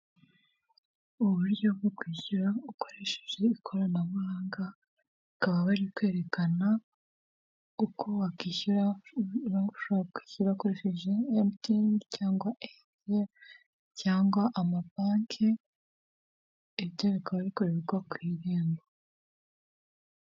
Uburyo bwo kwishyura ukoresheje ikoranabuhanga. Bakaba bari kwerekana uko wakishyura ukoresheje emutiyene cyangwa eyateri, cyangwa amabanki. Ibyo bikaba bikorerwa ku Irembo.